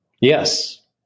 Yes